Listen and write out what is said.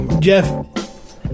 Jeff